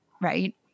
right